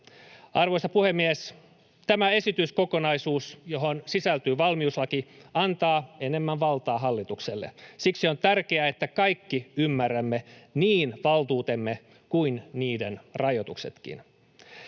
Arvoisa puhemies! Tämä esityskokonaisuus, johon sisältyy valmiuslaki, antaa enemmän valtaa hallitukselle. Siksi on tärkeää, että kaikki ymmärrämme niin valtuutemme kuin niiden rajoituksetkin